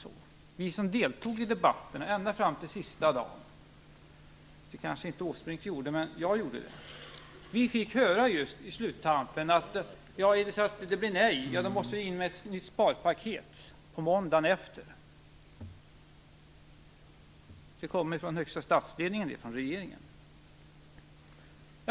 Vi som deltog i debatterna ända fram till sista dagen - det kanske inte Åsbrink gjorde, men jag gjorde det - fick på sluttampen höra att om resultatet av folkomröstningen blev nej måste man lägga fram ett nytt sparpaket måndagen efter omröstningen. Det beskedet kom från högsta statsledningen, från regeringen.